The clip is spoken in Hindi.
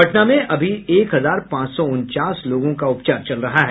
पटना में अभी एक हजार पांच सौ उनचास लोगों का उपचार चल रहा है